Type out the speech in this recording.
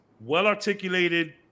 well-articulated